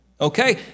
okay